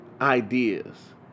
ideas